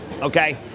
Okay